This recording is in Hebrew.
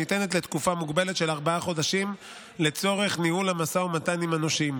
שניתנת לתקופה מוגבלת של ארבעה חודשים לצורך ניהול המשא ומתן עם הנושים.